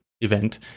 event